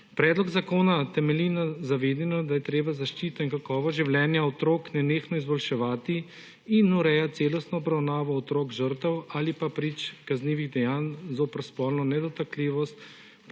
Predlog zakona temelji na zavedanju, da je treba zaščito in kakovost življenja otrok nenehno izboljševati in urejati celostno obravnavo otrok žrtev ali pa prič kaznivih dejanj zoper spolno nedotakljivost